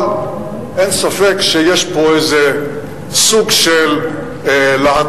אבל אין ספק שיש פה איזה סוג של להטוטן